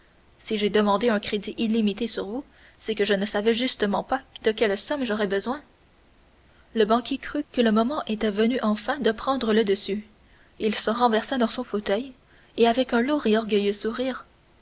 si j'ai demandé un crédit illimité sur vous c'est que je ne savais justement pas de quelles sommes j'aurais besoin le banquier crut que le moment était venu enfin de prendre le dessus il se renversa dans son fauteuil et avec un lourd et orgueilleux sourire